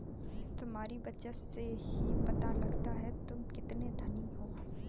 तुम्हारी बचत से ही पता लगता है तुम कितने धनी हो